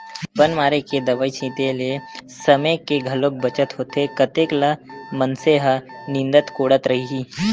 बन मारे के दवई छिते ले समे के घलोक बचत होथे कतेक ल मनसे ह निंदत कोड़त रइही